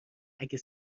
اگر